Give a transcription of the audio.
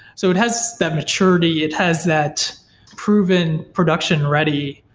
so it has that maturity, it has that proven production-ready,